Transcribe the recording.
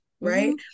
right